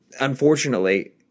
unfortunately